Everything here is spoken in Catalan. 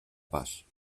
pas